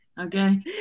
Okay